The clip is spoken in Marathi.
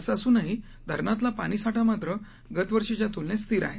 असं असूनही धरणातला पाणीसाठा मात्र गतवर्षीच्या तुलनेत स्थिर आहे